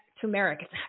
turmeric